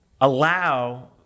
allow